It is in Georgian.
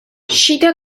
შიდა